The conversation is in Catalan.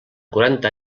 quaranta